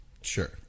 Sure